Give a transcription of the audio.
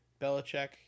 Belichick